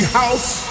house